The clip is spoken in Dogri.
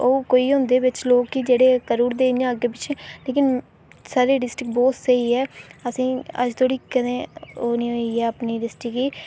ओह् कोई होंदे लोक जेह्ड़े करी ओड़दे इं'या अग्गें पिच्छें लेकिन साढ़ी डिस्ट्रिक्ट बहुत स्हेई ऐ असेंगी अज्ज तक्कर कदें ओह् निं होई ऐ अपनी डिस्ट्रिक्ट गी